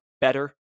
better